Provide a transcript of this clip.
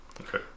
Okay